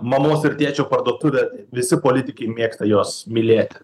mamos ir tėčio parduotuvė visi politikai mėgsta juos mylėti